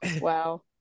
Wow